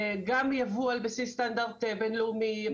גם ייבוא על בסיס סטנדרט בין-לאומי,